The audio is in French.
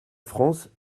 france